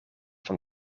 van